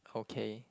okay